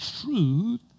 truth